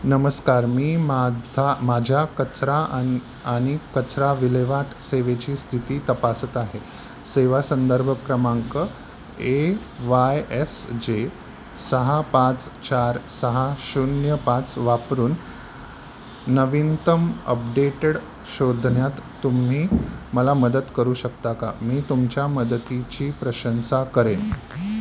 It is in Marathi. नमस्कार मी माझा माझ्या कचरा आणि आणि कचरा विल्हेवाट सेवेची स्थिती तपासत आहे सेवा संदर्भ क्रमांक ए वाय एस जे सहा पाच चार सहा शून्य पाच वापरून नवीनतम अपडेटेड शोधण्यात तुम्ही मला मदत करू शकता का मी तुमच्या मदतीची प्रशंसा करेन